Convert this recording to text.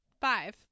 Five